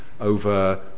over